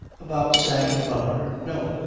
about sam weller! no,